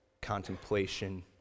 contemplation